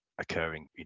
occurring